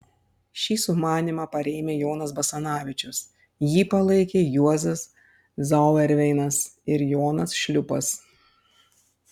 šį sumanymą parėmė jonas basanavičius jį palaikė juozas zauerveinas ir jonas šliūpas